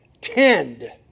tend